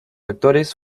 actores